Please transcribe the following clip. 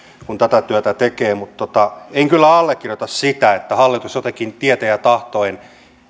kun tätä työtä tekee mutta en kyllä allekirjoita sitä että hallitus jotenkin tieten ja tahtoen